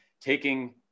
taking